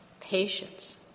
patience